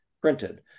printed